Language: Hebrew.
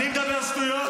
אני מדבר שטויות?